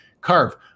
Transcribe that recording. Carve